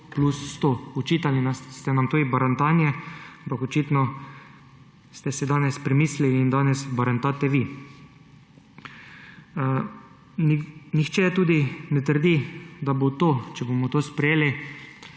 plus 100. Očitali ste nam tudi barantanje, ampak očitno ste se danes premislili in danes barantate vi. Nihče tudi ne trdi, da bo, če bomo to sprejeli,